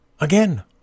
again